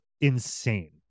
insane